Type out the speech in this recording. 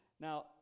Now